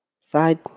Side